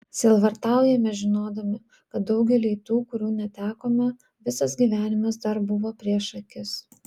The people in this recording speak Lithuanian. sielvartaujame žinodami kad daugeliui tų kurių netekome visas gyvenimas dar buvo prieš akis